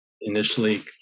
initially